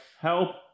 Help